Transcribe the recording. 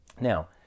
Now